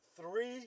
three